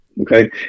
Okay